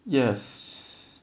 yes